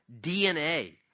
DNA